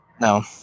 No